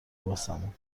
واسمون